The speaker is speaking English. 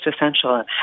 essential